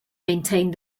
maintained